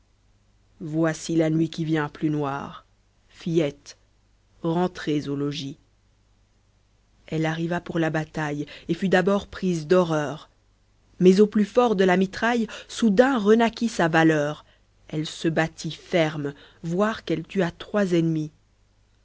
voici la nuit elle arriva pour la bataille et fut d abord prise d'horreur mais au plus fort de la mitraille soudain renaquit sa valeur elle se battit ferme voire qu'elle tua trois ennemis